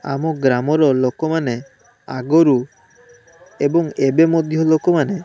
ଆମ ଗ୍ରାମ ର ଲୋକମାନେ ଆଗରୁ ଏବଂ ଏବେ ମଧ୍ୟ ଲୋକମାନେ